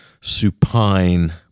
supine